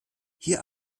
hier